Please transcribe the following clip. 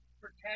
Protect